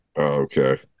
okay